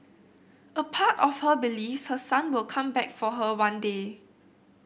a part of her believes her son will come back for her one day